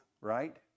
right